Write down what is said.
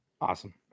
Awesome